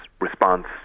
response